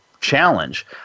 challenge